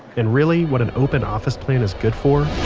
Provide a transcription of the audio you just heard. and really, what an open office plan is good for.